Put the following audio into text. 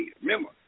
Remember